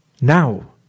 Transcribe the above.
now